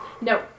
No